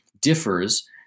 differs